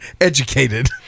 educated